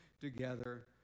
together